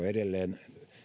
edelleen